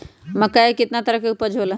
मक्का के कितना तरह के उपज हो ला?